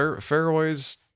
Fairways